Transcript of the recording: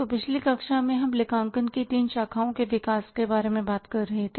तो पिछली कक्षा में हम लेखांकन की तीन शाखाओं के विकास के बारे में बात कर रहे थे